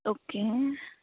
okay